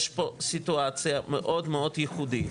יש פה סיטואציה מאוד מאוד ייחודית,